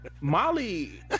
Molly